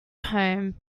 home